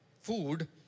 food